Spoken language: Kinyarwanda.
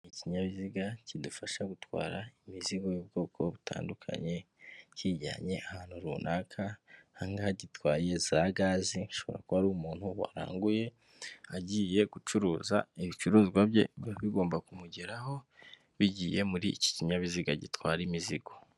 Ikinyabiziga kidufasha gutwara imizigo y'ubwoko butandukanye kijyanye ahantu runaka, aha ngaha gitwaye za gaze ashobora kuba ari umuntu waranguye, agiye gucuruza ibicuruzwa bye biba bigomba kumugeraho, bigiye muri iki kinyabiziga gitwara imizigo.